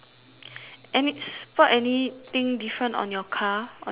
any spot anything different on your car on your red car